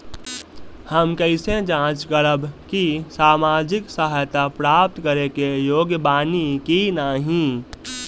हम कइसे जांच करब कि सामाजिक सहायता प्राप्त करे के योग्य बानी की नाहीं?